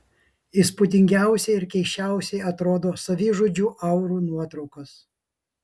įspūdingiausiai ir keisčiausiai atrodo savižudžių aurų nuotraukos